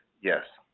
yes.